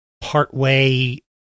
partway